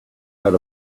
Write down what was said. got